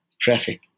traffic